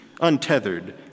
untethered